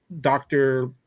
doctor